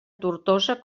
tortosa